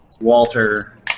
Walter